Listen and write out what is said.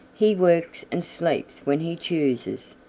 he works and sleeps when he chooses.